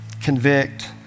convict